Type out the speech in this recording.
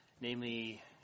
namely